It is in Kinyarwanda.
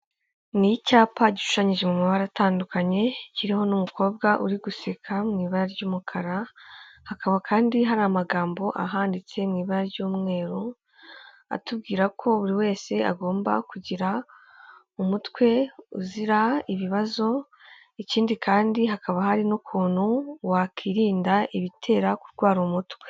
Ni icyapa gishushanyije mu mabara atandukanye, kiriho n'umukobwa uri guseka mu ibara ry'umukara, hakaba kandi hari amagambo ahanditse mu ibara ry'umweru, atubwira ko buri wese agomba kugira umutwe uzira ibibazo, ikindi kandi hakaba hari n'ukuntu wakwirinda ibitera kurwara umutwe.